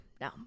No